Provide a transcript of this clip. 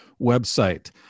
website